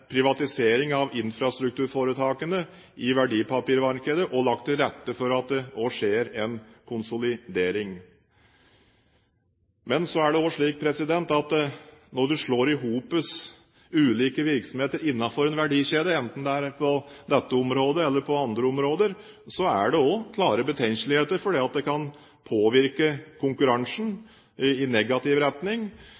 privatisering av infrastrukturforetakene i verdipapirmarkedet og lagt til rette for at det også skjer en konsolidering. Men så er det også slik at når en slår sammen ulike virksomheter innenfor en verdikjede, enten om det er på dette området eller på andre områder, er det også klare betenkeligheter fordi det kan påvirke konkurransen